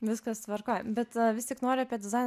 viskas tvarkoj bet vis tik noriu apie dizainą